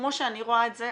כמו שאני רואה את זה,